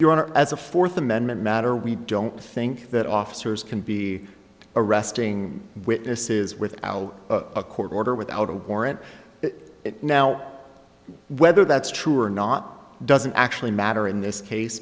a fourth amendment matter we don't think that officers can be arresting witnesses without a court order without a warrant it now whether that's true or not doesn't actually matter in this case